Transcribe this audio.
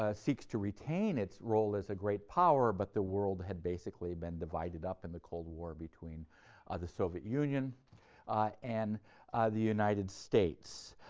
ah seeks to retain its role as a great power, but the world had basically been divided up in the cold war between the soviet union and the united states,